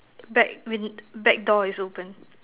back win~ back door is open